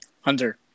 Hunter